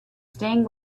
stained